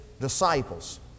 disciples